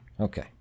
Okay